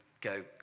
go